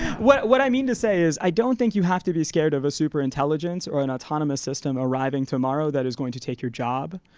what what i mean to say is, i don't think you have to be scared of a super intelligent or an autonomous system arriving tomorrow that is going to take your job.